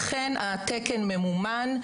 אכן התקן ממומן.